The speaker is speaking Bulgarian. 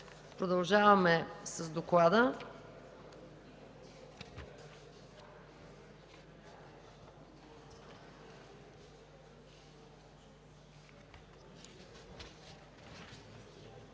Продължаваме с доклада.